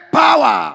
power